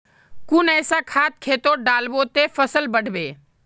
कुन ऐसा खाद खेतोत डालबो ते फसल बढ़बे?